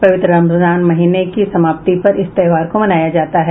पवित्र रमजान महीने की समाप्ति पर इस त्योहार को मनाया जाता है